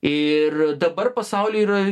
ir dabar pasauly yra